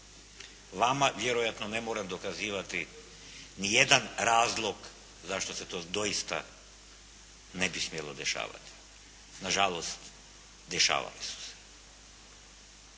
Vama vjerojatno ne moram dokazivati ni jedan razlog zašto se to doista ne bi smjelo dešavati. Nažalost, dešavali su se.